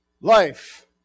Life